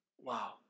Wow